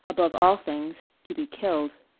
above all things, to be killed.